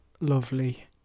lovely